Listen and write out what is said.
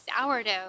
sourdough